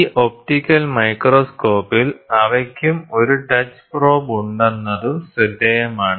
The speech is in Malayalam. ഈ ഒപ്റ്റിക്കൽ മൈക്രോസ്കോപ്പിൽ അവയ്ക്കും ഒരു ടച്ച് പ്രോബ് ഉണ്ടെന്നതും ശ്രദ്ധേയമാണ്